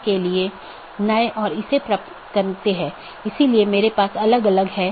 यदि तय अवधी के पूरे समय में सहकर्मी से कोई संदेश प्राप्त नहीं होता है तो मूल राउटर इसे त्रुटि मान लेता है